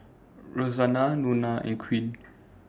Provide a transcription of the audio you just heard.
Rosanna Nona and Queen